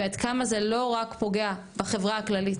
ועד כמה זה לא רק פוגע בחברה הכללית.